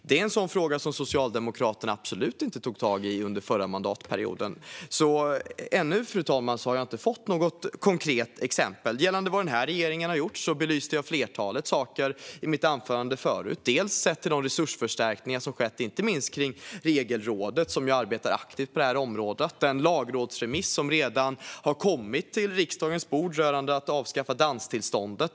Det är en sådan fråga som Socialdemokraterna absolut inte tog tag i under den förra mandatperioden, så jag har ännu inte, fru talman, fått något konkret exempel. Gällande vad den här regeringen har gjort belyste jag ett flertal saker i mitt anförande förut, dels sett till de resursförstärkningar som har skett inte minst kring Regelrådet, som ju arbetar aktivt på det här området, dels den lagrådsremiss som redan har kommit till riksdagens bord rörande att avskaffa danstillståndet.